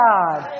God